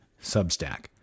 Substack